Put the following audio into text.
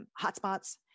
hotspots